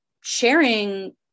sharing